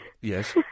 yes